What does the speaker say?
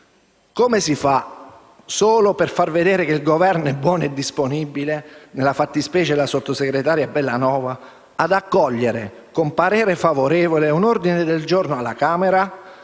Come si fa, solo per far vedere che il Governo è buono e disponibile (nella fattispecie, mi riferisco alla sottosegretaria Bellanova), ad accogliere, con parere favorevole, un ordine del giorno alla Camera